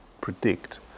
predict